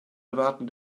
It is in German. erwarten